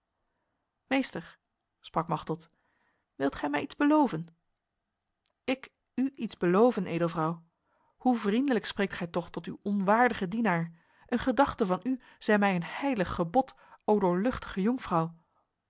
meester sprak machteld wilt gij mij iets beloven ik u iets beloven edelvrouw hoe vriendelijk spreekt gij toch tot uw onwaardige dienaar een gedachte van u zij mij een heilig gebod o doorluchtige jonkvrouw